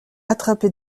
attrapée